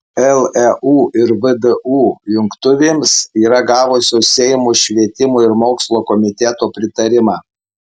leu ir vdu jungtuvėms yra gavusios seimo švietimo ir mokslo komiteto pritarimą